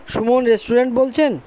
Suman restaurant বলছেন